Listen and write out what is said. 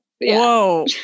whoa